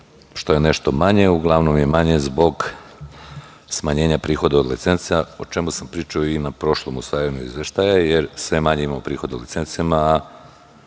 što je nešto manje. Uglavnom je manje zbog smanjenja prihoda od licenca, o čemu sam pričao i na prošlom usvajanju izveštaja, jer sve manje imamo prihoda od licenci,